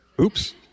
oops